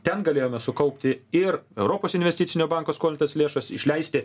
ten galėjome sukaupti ir europos investicinio banko skolintas lėšas išleisti